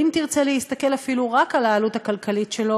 ואם תרצה להסתכל אפילו רק על העלות הכלכלית שלו,